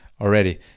already